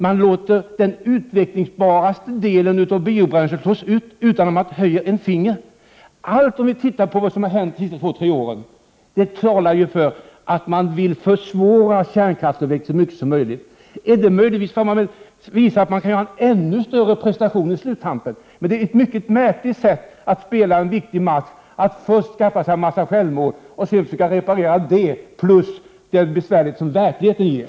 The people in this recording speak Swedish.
Man låter den mest utvecklingsbara delen av biobränslena slås ut utan att höja ett finger. Allt som har hänt under de senaste två tre åren talar ju för att man vill försvåra kärnkraftsavvecklingen så mycket som möjligt. Är det möjligtvis för att på sluttampen kunna visa att man kan göra en ännu större prestation? Det är ett mycket märkligt sätt att spela en viktig match, att först skaffa sig en massa självmål och sedan försöka reparera dessa, plus de besvärligheter som verkligheten ger.